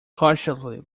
cautiously